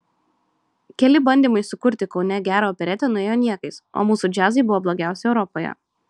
keli bandymai sukurti kaune gerą operetę nuėjo niekais o mūsų džiazai buvo blogiausi europoje